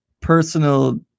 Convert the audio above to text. personal